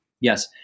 Yes